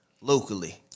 Locally